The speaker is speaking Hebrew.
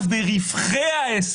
כדי שנגמור עם זה עכשיו.